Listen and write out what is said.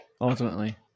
ultimately